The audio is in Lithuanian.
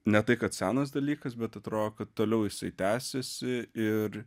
ne tai kad senas dalykas bet atrodo kad toliau jisai tęsiasi ir